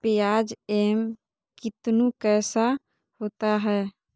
प्याज एम कितनु कैसा होता है?